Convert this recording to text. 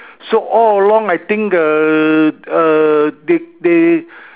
so all along I think err err they they